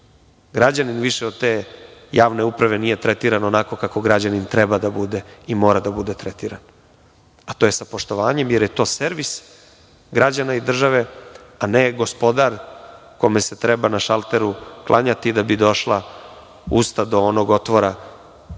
Građanin više od te javne uprave nije tretiran onako kako građanin treba da bude i mora da bude tretiran, a to je sa poštovanjem, jer je to servis građana i države, a ne gospodar kome se treba na šalteru klanjati da bi došla usta do onog otvora